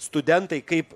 studentai kaip